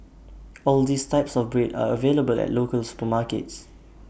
all these types of bread are available at local supermarkets